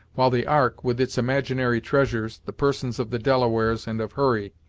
while the ark, with its imaginary treasures, the persons of the delaware and of hurry,